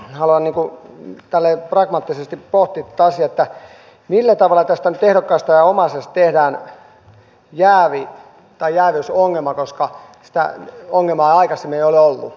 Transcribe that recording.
siinä mielessä haluan tällä lailla pragmaattisesti pohtia tätä asiaa millä tavalla nyt ehdokkaasta ja omaisesta tehdään jäävi tai jääviysongelma koska sitä ongelmaa ei aikaisemmin ole ollut